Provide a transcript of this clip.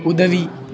உதவி